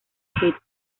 head